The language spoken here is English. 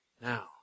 Now